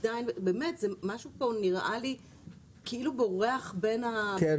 באמת, משהו פה נראה לי כאילו בורח בין הכיסאות.